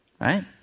right